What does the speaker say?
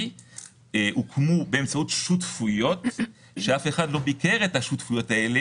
הוקמו באמצעות שותפויות שאף אחד לא ביקר אותן,